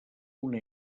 una